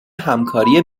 همکاری